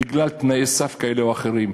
בגלל תנאי סף כאלה או אחרים.